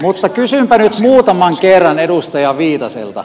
mutta kysynpä nyt muutaman kerran edustaja viitaselta